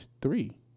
three